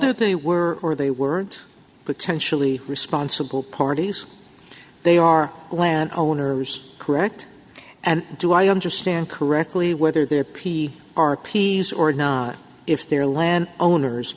whether they were or they weren't potentially responsible parties they are land owners correct and do i understand correctly whether they're p r p s or if they're land owners